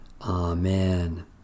Amen